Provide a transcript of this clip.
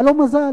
היה לו מזל.